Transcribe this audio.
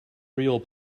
real